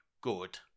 good